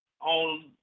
on